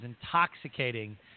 intoxicating